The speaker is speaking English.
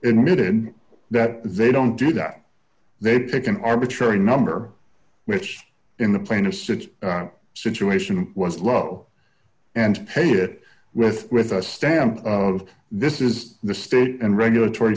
midan that they don't do that they pick an arbitrary number which in the plane of sids situation was low and pay it with with a stamp this is the state and regulatory